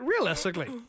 realistically